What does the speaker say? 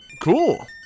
cool